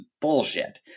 bullshit